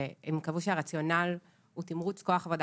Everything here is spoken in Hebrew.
שהם קבעו שהרציונל הוא תמרוץ כוח עבודה